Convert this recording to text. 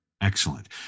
Excellent